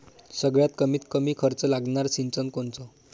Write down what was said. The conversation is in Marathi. सगळ्यात कमीत कमी खर्च लागनारं सिंचन कोनचं?